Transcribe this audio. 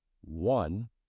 One